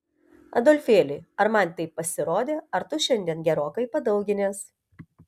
adolfėli ar man taip pasirodė ar tu šiandien gerokai padauginęs